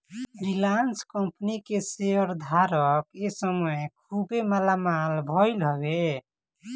Reliance company के शेयर धारक ए समय खुबे मालामाल भईले हवे